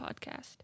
podcast